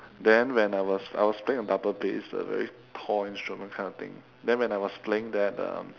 then when I was I was playing a double bass a very tall instrument kind of thing then when I was playing that um